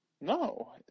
No